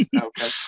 okay